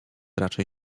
raczej